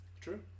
True